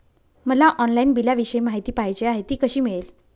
मला ऑनलाईन बिलाविषयी माहिती पाहिजे आहे, कशी मिळेल?